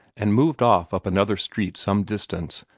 and moved off up another street some distance,